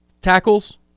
Tackles